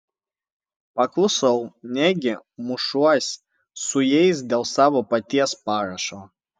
paklusau negi mušiuos su jais dėl savo paties parašo